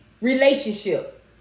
relationship